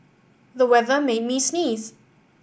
the weather made me sneeze